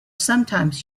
sometimes